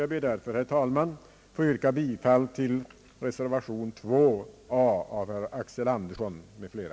Jag ber därför, herr talman, att få yrka bifall till reservation a av herr Axel Andersson m.fl.